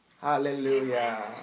Hallelujah